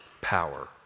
power